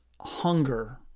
hunger